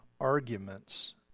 arguments